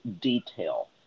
detail